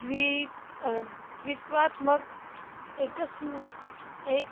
द्वि द्वित्वात्मके एकस्य एकः